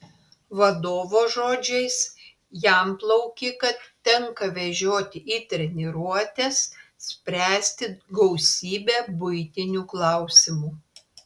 vadovo žodžiais jam plaukiką tenka vežioti į treniruotes spręsti gausybę buitinių klausimų